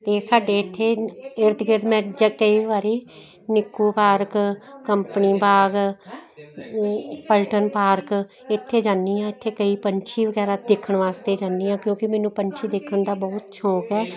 ਅਤੇ ਸਾਡੇ ਇੱਥੇ ਇਰਧ ਗਿਰਧ ਮੈਂ ਜਾਂ ਕਈ ਵਾਰੀ ਨਿੱਕੂ ਪਾਰਕ ਕੰਪਨੀ ਬਾਗ ਪਲਟਨ ਪਾਰਕ ਇੱਥੇ ਜਾਂਦੀ ਹਾਂ ਇੱਥੇ ਕਈ ਪੰਛੀ ਵਗੈਰਾ ਦੇਖਣ ਵਾਸਤੇ ਜਾਂਦੀ ਹਾਂ ਕਿਉਂਕਿ ਮੈਨੂੰ ਪੰਛੀ ਦੇਖਣ ਦਾ ਬਹੁਤ ਸ਼ੌਕ ਹੈ